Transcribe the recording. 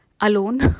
alone